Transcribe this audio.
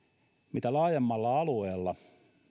mitä laajemmalla alueella